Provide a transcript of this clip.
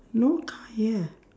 no car here